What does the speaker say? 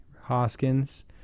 Hoskins